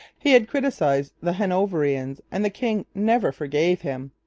he had criticized the hanoverians and the king never forgave him.